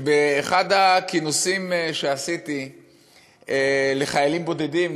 שבאחד הכינוסים שעשיתי לחיילים בודדים,